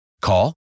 Call